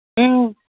ꯎꯝ